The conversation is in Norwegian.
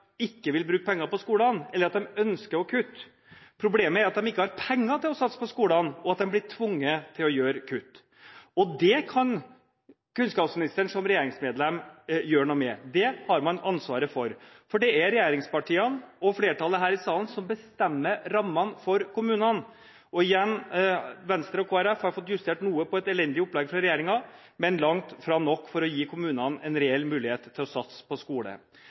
ikke vil bruke penger på skolene, eller at de ønsker å kutte, problemet er at de ikke har penger til å satse på skolene, og at de blir tvunget til å gjøre kutt. Det kan kunnskapsministeren som regjeringsmedlem gjøre noe med. Det har man ansvaret for. For det er regjeringspartiene og flertallet her i salen som bestemmer rammene for kommunene. Og igjen: Venstre og Kristelig Folkeparti har fått justert noe på et elendig opplegg fra regjeringen, men langt fra nok for å gi kommunene en reell mulighet til å satse på skole.